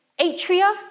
atria